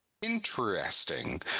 Interesting